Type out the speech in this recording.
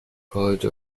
college